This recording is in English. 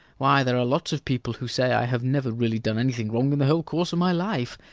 why, there are lots of people who say i have never really done anything wrong in the whole course of my life.